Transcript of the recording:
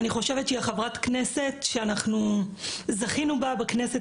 אני חושבת שהיא חברת כנסת שזכינו בה בכנסת